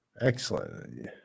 Excellent